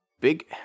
Big